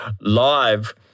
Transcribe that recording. live